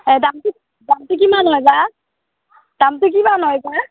এই দামটো দামটো কিমান হয় বা দামটো কিমান হয় বা